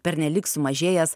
pernelyg sumažėjęs